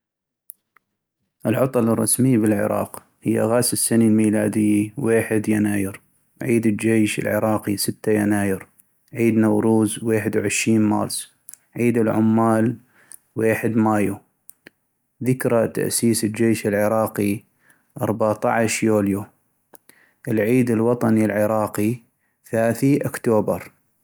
العطل الرسمي بالعراق هي، غاس السني الميلاديي( ويحد يناير)، عيد الجيش العراقي( ستي يناير)، عيد نوروز(ويحد وعشين مارس)،عيد العمال (ويحد مايو) ،ذكرى تأسيس الجيش العراقي ( اربطعش يوليو) ،العيد الوطني العراقي (ثاثي أكتوبر)